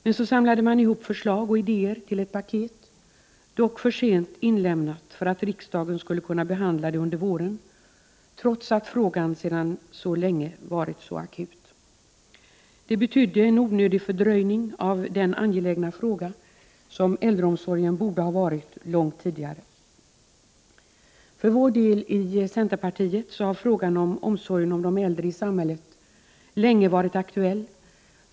Man samlade så ihop förslag och idéer till ett paket, som dock inlämnades för sent för att riksdagen skulle ha kunnat behandla det under våren, trots att frågan sedan så länge varit akut. Detta innebar en fördröjning av denna så angelägna fråga — som äldreomsorgen borde ha ansetts vara långt tidigare. För oss inom centerpartiet har frågan om omsorgen av de äldre i samhället länge varit aktuell.